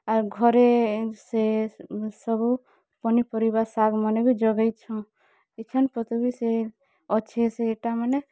ଆର୍ ଘରେ ସେ ସବୁ ପନିପରିବା ଶାଗ୍ ମାନେ ବି ଜଗେଇଛୁଁ ଏଛେନ୍ ତଥାପି ସେ ଅଛେ ସେଟା ମାନେ